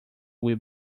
will